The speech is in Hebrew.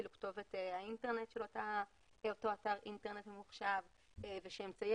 אפילו כתובת האינטרנט של אותו אתר אינטרנט ממוחשב ושאמצעי